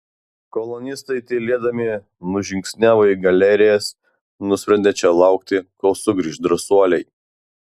kolonistai tylėdami nužingsniavo į galerijas nusprendę čia laukti kol sugrįš drąsuoliai